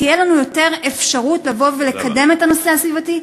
תהיה לנו יותר אפשרות לקדם את הנושא הסביבתי,